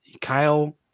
Kyle